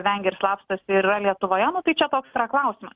vengia ir slapstosi ir yra lietuvoje nu tai čia toks yra klausimas